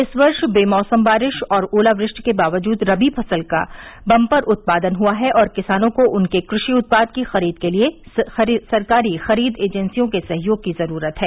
इस वर्ष बेमौसम बारिश और ओलावृष्टि के बावजूद रबी फसल का बंपर उत्पादन हुआ है और किसानों को उनके कृषि उत्पाद की खरीद के लिए सरकारी खरीद एजेंसियों के सहयोग की जरूरत है